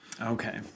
Okay